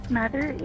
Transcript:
Mother